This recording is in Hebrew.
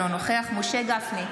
אינו נוכח משה גפני,